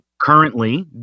currently